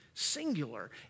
Singular